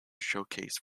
showcase